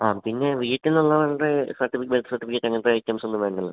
ആ പിന്നെ വീട്ടിലുള്ളവരുടെ സർട്ടിഫിക്കറ്റ് അങ്ങനത്തെ ഐറ്റംസൊന്നും വേണ്ടല്ലോ